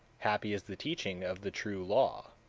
happy is the teaching of the true law,